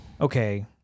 Okay